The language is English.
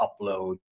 upload